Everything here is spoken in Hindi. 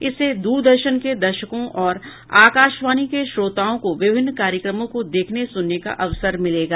इससे दूरदर्शन के दर्शकों और आकाशवाणी के श्रोताओं को विभिन्न कार्यक्रमों को देखने सुनने का अवसर मिलेगा